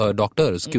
doctors